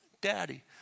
daddy